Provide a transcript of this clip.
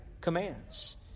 commands